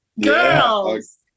Girls